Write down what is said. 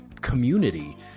community